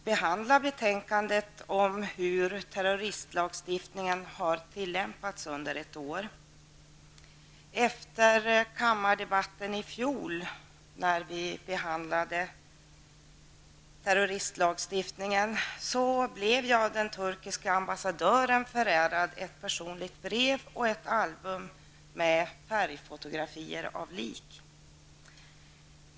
Herr talman! Det är åter dags att behandla frågan om hur terroristlagstiftningen har tillämpats under ett år. Efter kammardebatten i fjol när vi behandlade terroristlagstiftningen blev jag av den turkiska ambassadören förärad ett personligt brev och ett album med färgfotografier av lik.